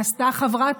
מה עשתה חברת